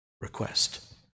request